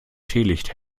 teelicht